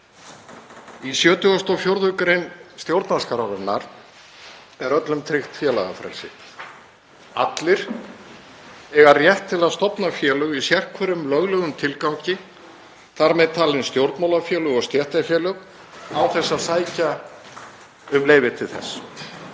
Í 74. gr. stjórnarskrárinnar er öllum tryggt félagafrelsi. Allir eiga rétt til að stofna félög í sérhverjum löglegum tilgangi, þ.m.t. stjórnmálafélög og stéttarfélög, án þess að sækja um leyfi til þess.